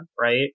right